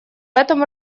этом